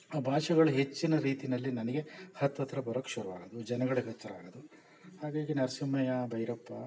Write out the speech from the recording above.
ಆ ಭಾಷೆಗಳು ಹೆಚ್ಚಿನ ರೀತಿಯಲ್ಲಿ ನನಗೆ ಹತ್ತತ್ರ ಬರೋಕೆ ಶುರು ಆಗೋದು ಜನಗಳ್ಗೆ ಹತ್ತಿರ ಆಗೋದು ಹಾಗಾಗಿ ನರಸಿಂಹಯ್ಯ ಭೈರಪ್ಪ